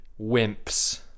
wimps